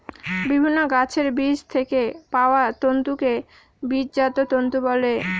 বিভিন্ন গাছের বীজ থেকে পাওয়া তন্তুকে বীজজাত তন্তু বলে